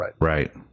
right